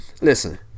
Listen